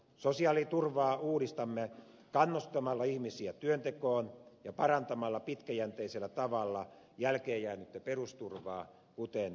sosiaaliturvaa uudistamme kannustamalla ihmisiä työntekoon ja parantamalla pitkäjänteisellä tavalla jälkeenjäänyttä perusturvaa kuten pienimpiä eläkkeitä